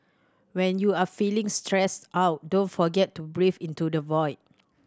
when you are feeling stressed out don't forget to breathe into the void